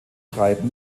treiben